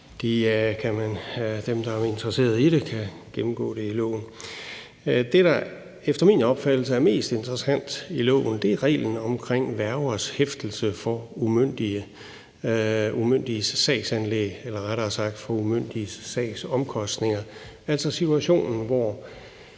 Dem, der er interesseret i det, kan gennemgå det i loven. Det, der efter min opfattelse er mest interessant i loven, er reglen omkring værgers hæftelse for umyndiges sagsanlæg eller rettere sagt